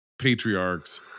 Patriarchs